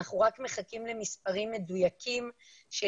אנחנו רק מחכים למספרים מדויקים של